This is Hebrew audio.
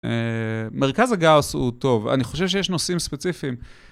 מרכז הגאוס הוא טוב, אני חושב שיש נושאים ספציפיים.